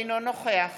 אינו נוכח